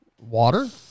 Water